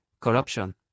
corruption